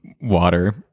water